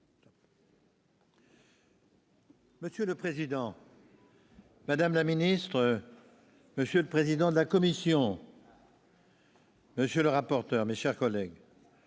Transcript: Monsieur le président, madame la ministre, monsieur le président de la commission, monsieur le rapporteur, chers collègues,